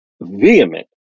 vehement